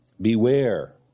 Beware